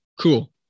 Cool